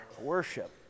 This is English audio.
worship